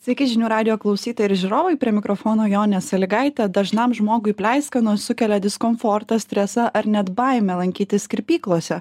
sveiki žinių radijo klausytojai ir žiūrovai prie mikrofono jonė sąlygaitė dažnam žmogui pleiskanos sukelia diskomfortą stresą ar net baimę lankytis kirpyklose